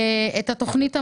את התוכנית המשלימה,